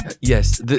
Yes